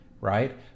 right